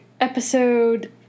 episode